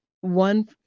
one